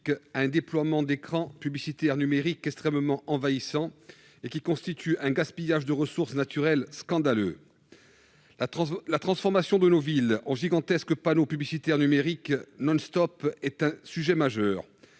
à un déploiement d'écrans publicitaires numériques extrêmement envahissant et qui constitue un gaspillage scandaleux de ressources naturelles. La transformation de nos villes en gigantesques panneaux publicitaires numériques non-stop est un sujet majeur.